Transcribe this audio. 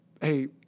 hey